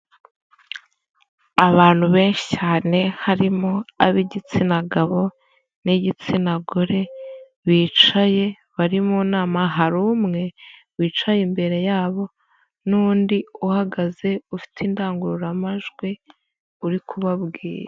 Abantu benshi cyane harimo ab'igitsina gabo n'igitsina gore bicaye bari mu nama, hari umwe wicaye imbere yabo n'undi uhagaze ufite indangururamajwi uri kubabwira.